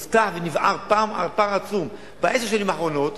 נפתח ונפער פער עצום בעשר השנים האחרונות.